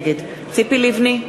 נגד ציפי לבני,